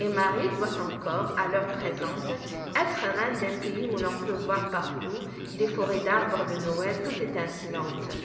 et marie doit encore à l'heure présente être reine d'un pays où l'on peut voir partout des forêts d'arbres de noël tout